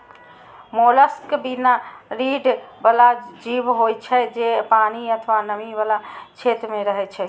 mollusc बिना रीढ़ बला जीव होइ छै, जे पानि अथवा नमी बला क्षेत्र मे रहै छै